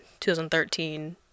2013